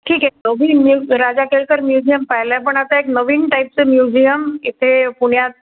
ठीक आहे नवीन म्यु राजा केळकर म्युझियम पाहिलं आहे पण आता एक नवीन टाईपचं म्युझियम इथे पुण्यात